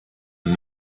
and